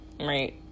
right